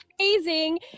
amazing